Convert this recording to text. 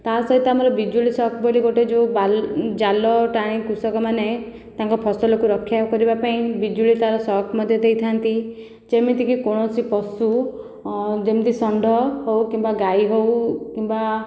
ତା'ସହିତ ଆମର ବିଜୁଳି ସକ୍ ବୋଲି ଗୋଟିଏ ଜାଲ ଟାଣି କୃଷକମାନେ ତାଙ୍କ ଫସଲକୁ ରକ୍ଷା କରିବା ପାଇଁ ବିଜୁଳି ତା'ର ସକ୍ ମଧ୍ୟ ଦେଇଥାନ୍ତି ଯେମିତିକି କୌଣସି ପଶୁ ଯେମିତି ଷଣ୍ଢ ହେଉ କିମ୍ବା ଗାଈ ହେଉ କିମ୍ବା